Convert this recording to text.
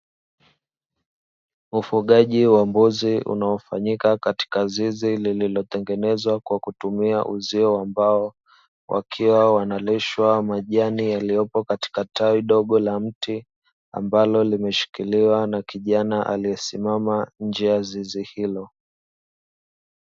Ufugaji wa mbuzi unaofanyika katika zizi lililotengenezwa kwa kutumia uzio wa mbao, wakiwa wanalishwa majani yaliyopo katika tawi dogo la mti ambalo limeshikiliwa na kijana aliyesimama nje ya zizi hilo.